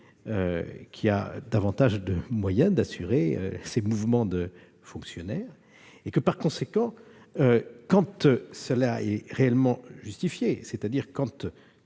qui a davantage les moyens d'assurer ces mouvements de fonctionnaires. Par conséquent, quand cela est réellement justifié, c'est-à-dire